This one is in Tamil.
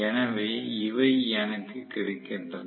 எனவே இவை எனக்கு கிடைக்கின்றன